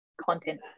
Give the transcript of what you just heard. content